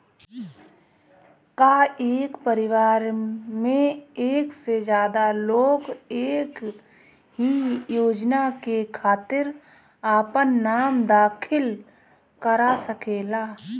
का एक परिवार में एक से ज्यादा लोग एक ही योजना के खातिर आपन नाम दाखिल करा सकेला?